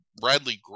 bradley